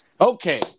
Okay